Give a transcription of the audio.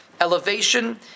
elevation